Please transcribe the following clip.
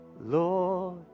Lord